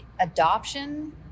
adoption